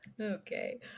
okay